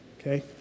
okay